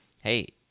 hey